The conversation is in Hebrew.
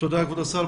תודה כבוד השר.